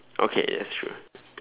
okay that's true